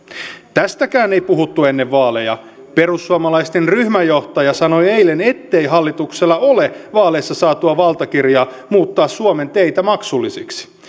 tästäkään ei puhuttu ennen vaaleja perussuomalaisten ryhmänjohtaja sanoi eilen ettei hallituksella ole vaaleissa saatua valtakirjaa muuttaa suomen teitä maksullisiksi